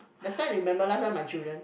that's why remember last time my children